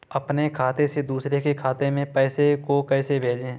अपने खाते से दूसरे के खाते में पैसे को कैसे भेजे?